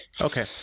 Okay